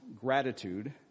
gratitude